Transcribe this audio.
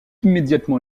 immédiatement